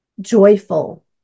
joyful